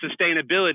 sustainability